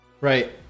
Right